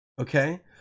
Okay